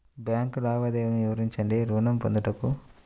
Bank లావాదేవీలు వివరించండి ఋణము పొందుటకు?